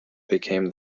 became